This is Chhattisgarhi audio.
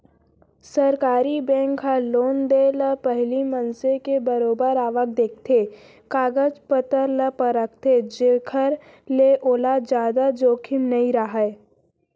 सरकारी बेंक ह लोन देय ले पहिली मनसे के बरोबर आवक देखथे, कागज पतर ल परखथे जेखर ले ओला जादा जोखिम नइ राहय